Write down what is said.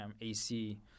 AC